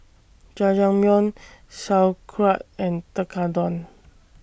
Jajangmyeon Sauerkraut and Tekkadon